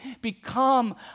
become